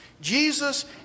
Jesus